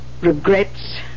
regrets